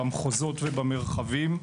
במחוזות ובמרחבים,